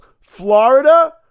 Florida